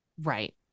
right